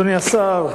אדוני השר,